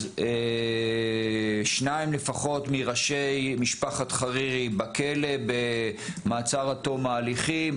אז שניים לפחות מראשי משפחת חרירי בכלא במעצר עד תום ההליכים,